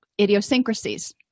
idiosyncrasies